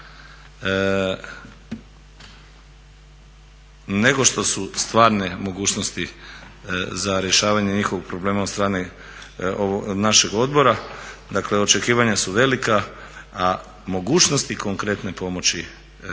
nego što su stvarne mogućnost za rješavanje njihovog problema od strane našeg odbora. Dakle očekivanja su velika, a mogućnosti konkretne pomoći